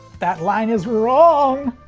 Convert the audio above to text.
that line is wrong!